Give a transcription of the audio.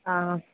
ആ